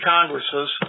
Congresses